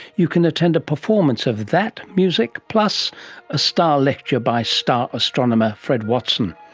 you can attend a performance of that music plus a star lecture by star astronomer fred watson.